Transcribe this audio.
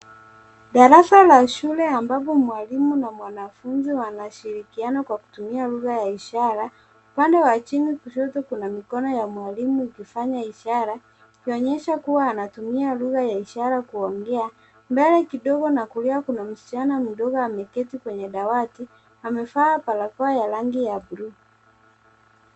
Darasa la shule ambapo mwalimu na mwanafunzi wanashirikiana kwa kutumia lugha ya ishara. Upande wa chini kidogo kuna mikono ya walimu ikifanya ishara ikionyesha kuwa anatumia lugha ya ishara kuwaambia. Mbele kidogo na kulia kuna msichana mdogo ameketi kwenye dawati amevaa barakoa ya rangi ya buluu.